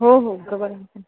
हो हो गवर